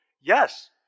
Yes